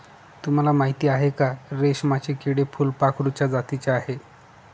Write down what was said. तुम्हाला माहिती आहे का? रेशमाचे किडे फुलपाखराच्या जातीचे आहेत